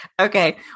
Okay